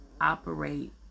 operate